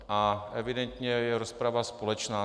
A evidentně je rozprava společná.